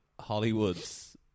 Hollywoods